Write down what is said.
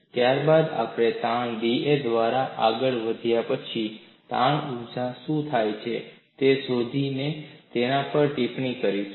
ત્યારબાદ આપણે તાણ da દ્વારા આગળ વધ્યા પછી તાણ ઊર્જાનું શું થાય છે તે શોધી ને તેના પર ટિપ્પણી કરીશું